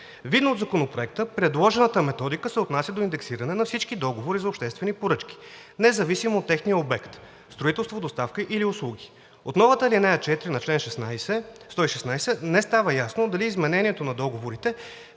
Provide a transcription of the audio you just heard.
„Видно от Законопроекта, предложената методика се отнася до индексиране на всички договори за обществени поръчки, независимо от техния обект: строителство, доставка или услуги. От новата ал. 4 на чл. 116 не става ясно дали изменението на договорите